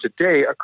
today